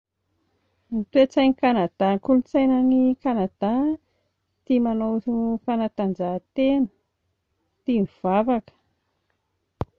Ny toe-tsain'i Kanada, ny kolotsain'i Kanada tia manao fanatanjahantena, tia mivavaka